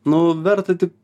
nu verta tik